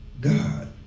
God